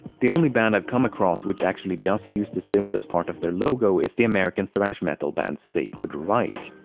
the only band i've come across which actually does use the symbol as part of their logo is the american thrash metal band, sacred reich.